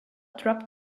dropped